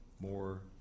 more